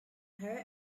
her